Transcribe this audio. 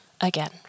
Again